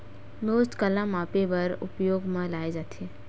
नोच काला मापे बर उपयोग म लाये जाथे?